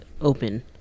open